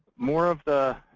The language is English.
more of the